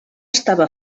estava